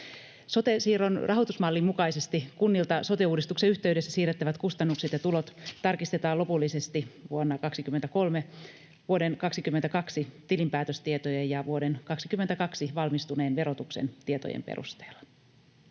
Sote-siirron rahoitusmallin mukaisesti kunnilta sote-uudistuksen yhteydessä siirrettävät kustannukset ja tulot tarkistetaan lopullisesti vuonna 23 vuoden 22 tilinpäätöstietojen ja vuoden 22 valmistuneen verotuksen tietojen perusteella.